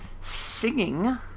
singing